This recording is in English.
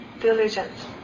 diligence